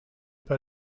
pas